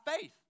faith